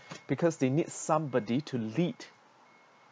because they need somebody to lead